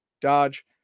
dodge